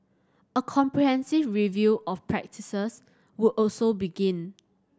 a comprehensive review of practices would also begin